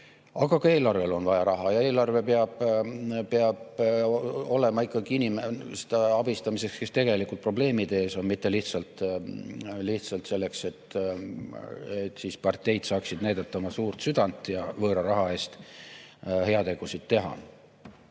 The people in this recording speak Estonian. Aga ka eelarvel on vaja raha. Ja eelarve peab olema ikkagi selleks, et abistada inimesi, kes tegelikult probleemide ees on, mitte lihtsalt selleks, et parteid saaksid näidata oma suurt südant ja võõra raha eest heategusid teha.